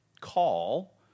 call